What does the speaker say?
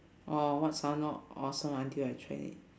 !wow! what sounded awesome until I tried it